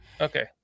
Okay